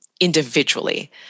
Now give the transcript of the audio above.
individually